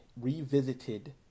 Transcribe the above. revisited